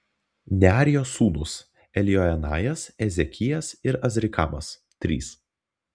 nearijos sūnūs eljoenajas ezekijas ir azrikamas trys